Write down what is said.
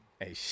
Hey